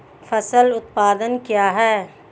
फसल उत्पादन क्या है?